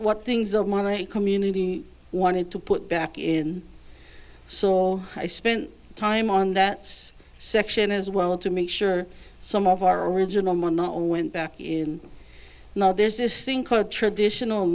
what things of my community wanted to put back in so i spent time on that section as well to make sure some of our original man not went back in now there's this thing called traditional